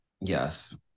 Yes